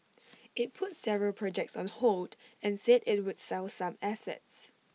IT put several projects on hold and said IT would sell some assets